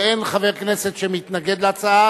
ואין חבר כנסת שמתנגד להצעה,